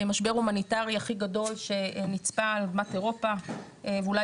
משבר הומניטרי הכי גדול שנצפה על אדמת אירופה ואולי